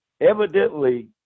Evidently